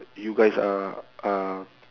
you guys are are